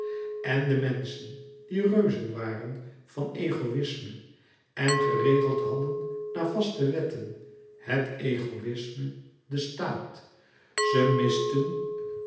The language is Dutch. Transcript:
en de menschen die reuzen waren van egoïsme en geregeld hadden naar vaste wetten het egoïsme de staat ze misten